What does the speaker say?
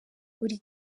buri